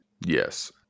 Yes